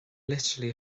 literally